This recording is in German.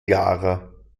klarer